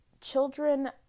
children